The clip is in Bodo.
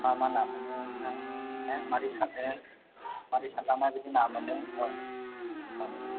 मा मा ना मोनो ना नाया मारै सारनो मारै सारलांबा बिदि ना मोनो